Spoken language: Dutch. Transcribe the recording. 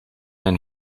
mijn